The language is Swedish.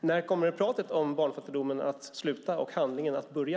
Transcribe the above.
När kommer pratet om barnfattigdomen att sluta och handlingen att börja?